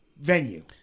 venue